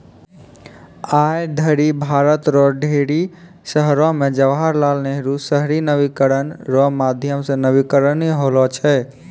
आय धरि भारत रो ढेरी शहरो मे जवाहर लाल नेहरू शहरी नवीनीकरण रो माध्यम से नवीनीकरण होलौ छै